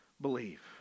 believe